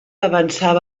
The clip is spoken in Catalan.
avançava